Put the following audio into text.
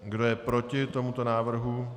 Kdo je proti tomuto návrhu?